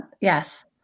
Yes